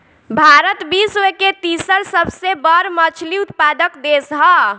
भारत विश्व के तीसरा सबसे बड़ मछली उत्पादक देश ह